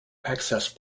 access